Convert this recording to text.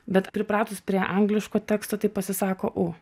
bet pripratus prie angliško teksto tai pasisako u